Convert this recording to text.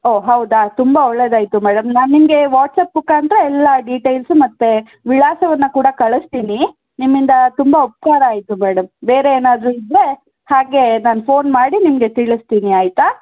ಓಹ್ ಹೌದಾ ತುಂಬ ಒಳ್ಳೆಯದಾಯ್ತು ಮೇಡಮ್ ನಾನು ನಿಮಗೆ ವಾಟ್ಸ್ಯಾಪ್ ಮುಖಾಂತರ ಎಲ್ಲ ಡೀಟೈಲ್ಸ್ ಮತ್ತು ವಿಳಾಸವನ್ನು ಕೂಡ ಕಳಿಸ್ತೀನಿ ನಿಮ್ಮಿಂದ ತುಂಬ ಉಪಕಾರ ಆಯಿತು ಮೇಡಮ್ ಬೇರೆ ಏನಾದರೂ ಇದ್ದರೆ ಹಾಗೆ ನಾನು ಫೋನ್ ಮಾಡಿ ನಿಮಗೆ ತಿಳಿಸ್ತೀನಿ ಆಯಿತಾ